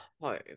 home